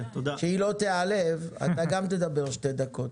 שהיא לא תיעלב, אתה גם תדבר שתי דקות.